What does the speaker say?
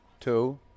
Two